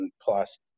plus